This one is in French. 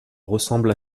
ressemble